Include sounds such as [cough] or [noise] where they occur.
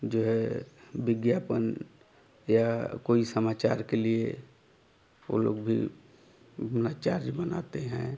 जो है विज्ञापन या कोई समाचार के लिए वो लोग भी [unintelligible] चार्ज बनाते हैं